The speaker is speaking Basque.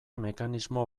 mekanismo